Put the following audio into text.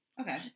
Okay